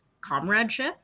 comradeship